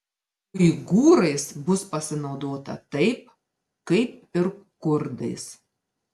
uigūrais bus pasinaudota taip kaip ir kurdais